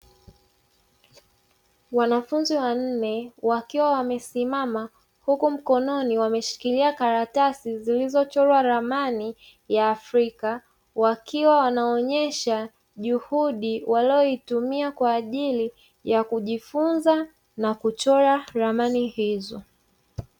Wanafunzi wanne wakiwa wamesimama, huku mkononi wameshikilia karatasi zilizochorwa ramani ya afrika, wakiwa wanaonyesha juhudi waliyoitumia kwa ajili ya kujifunza na kuchora ramani hizo.